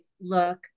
look